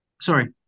Sorry